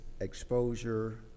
exposure